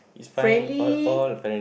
friendly